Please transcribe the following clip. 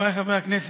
חברי חברי הכנסת,